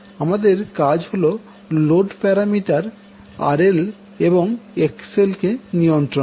আমাদের কাজ হল লোড প্যারামিটার RL এবং XLকে নিয়ন্ত্রন করা